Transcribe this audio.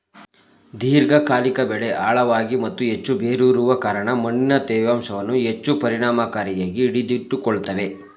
ದೀರ್ಘಕಾಲಿಕ ಬೆಳೆ ಆಳವಾಗಿ ಮತ್ತು ಹೆಚ್ಚು ಬೇರೂರುವ ಕಾರಣ ಮಣ್ಣಿನ ತೇವಾಂಶವನ್ನು ಹೆಚ್ಚು ಪರಿಣಾಮಕಾರಿಯಾಗಿ ಹಿಡಿದಿಟ್ಟುಕೊಳ್ತವೆ